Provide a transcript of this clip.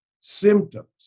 symptoms